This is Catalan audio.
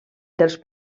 dels